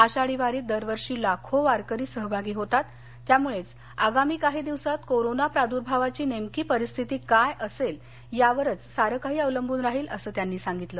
आषाढी वारीत दरवर्षी लाखो वारकरी सहभागी होतात त्यामुळेच आगामी काही दिवसांत कोरोना प्रादूर्भावाची नेमकी परिस्थिती काय असेल यावरच सारं काही अवलंबून राहील असं त्यांनी सांगितलं